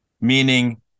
Meaning